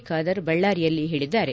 ಖಾದರ್ ಬಳ್ಳಾರಿಯಲ್ಲಿ ಹೇಳಿದ್ದಾರೆ